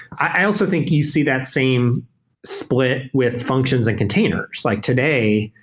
i also think you see that same split with functions and containers. like today,